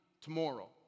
tomorrow